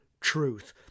truth